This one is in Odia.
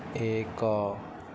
ଏକ